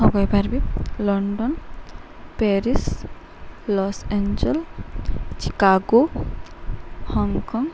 ହଁ କହିପାରିବି London Paris Los Angeles Chicago Hong Kong